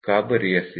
का बरे असे